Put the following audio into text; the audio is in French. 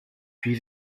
puis